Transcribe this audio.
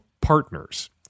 partners